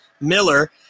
Miller